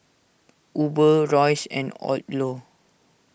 Uber Royce and Odlo